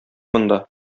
монда